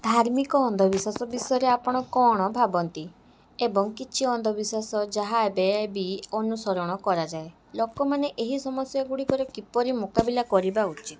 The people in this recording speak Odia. ଧାର୍ମିକ ଅନ୍ଧବିଶ୍ୱାସ ବିଷୟରେ ଆପଣ କଣ ଭାବନ୍ତି ଏବଂ କିଛି ଅନ୍ଧବିଶ୍ୱାସ ଯାହା ଏବେ ବି ଅନୁସରଣ କରାଯାଏ ଲୋକମାନେ ଏହି ସମସ୍ୟା ଗୁଡ଼ିକର କିପରି ମୁକାବିଲା କରିବା ଉଚିତ୍